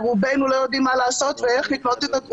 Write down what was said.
יש מי שיקשיב לנו.